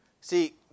See